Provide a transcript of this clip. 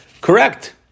Correct